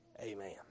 Amen